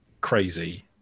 crazy